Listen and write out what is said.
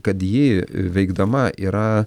kad ji veikdama yra